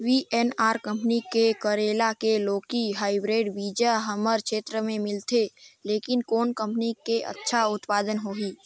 VNR company के करेला की लौकी हाईब्रिड बीजा हमर क्षेत्र मे मिलथे, लेकिन कौन कंपनी के अच्छा उत्पादन होही?